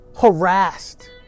harassed